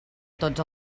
tots